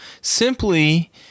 simply